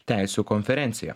teisių konferencija